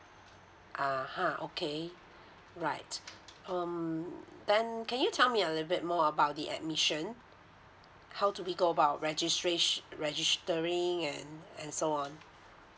(uh huh) okay right um then can you tell me a little bit more about the admission how do we go about registrati~ registering and and so on